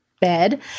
bed